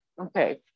okay